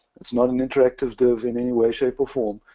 it's not an interactive div in any way, shape or form.